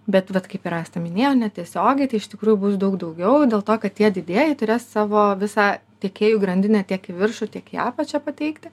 bet vat kaip ir asta minėjo netiesiogiai tai iš tikrųjų bus daug daugiau dėl to kad tie didieji turės savo visą tiekėjų grandinę tiek į viršų tiek į apačią pateikti